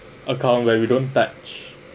account where we don't touch